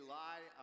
lie